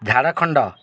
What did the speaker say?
Jharkhand